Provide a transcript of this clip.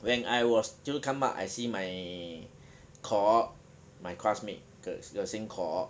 when I was 就是 come out I see my cohort my classmate the the same cohort